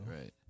right